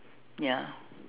ya